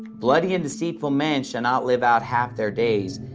bloody and deceitful men shall not live out half their days.